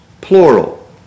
plural